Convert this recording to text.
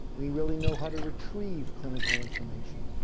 we really know how to retrieve clinical information.